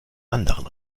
anderen